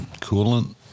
coolant